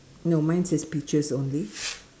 no mine says peaches only